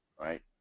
right